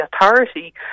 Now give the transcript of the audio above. Authority